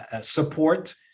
support